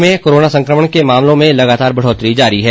प्रदेश में कोरोना संकमण के मामलों में लगातार बढ़ोतरी जारी है